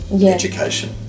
education